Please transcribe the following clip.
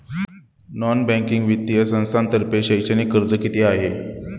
Non banking वित्तीय संस्थांतर्फे शैक्षणिक कर्ज किती आहे?